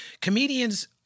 Comedians